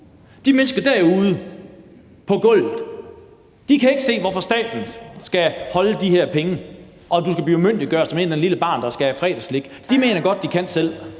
De mennesker derude på gulvet kan ikke se, hvorfor staten skal holde de her penge og de skal umyndiggøres som et eller andet lille barn, der skal have fredagsslik. De mener godt, at de kan selv.